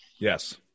Yes